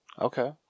Okay